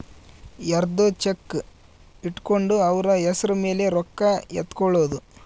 ಯರ್ದೊ ಚೆಕ್ ಇಟ್ಕೊಂಡು ಅವ್ರ ಹೆಸ್ರ್ ಮೇಲೆ ರೊಕ್ಕ ಎತ್ಕೊಳೋದು